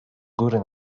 góry